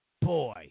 Boy